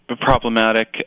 problematic